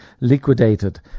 liquidated